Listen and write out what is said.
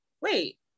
wait